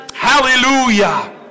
Hallelujah